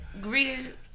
greeted